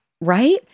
right